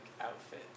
outfit